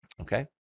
okay